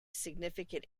significant